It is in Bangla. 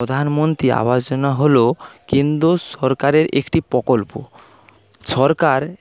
প্রধানমন্ত্রী আবাস যোজনা হল কেন্দ্রীয় সরকারের একটি প্রকল্প সরকার